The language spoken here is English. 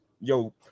yo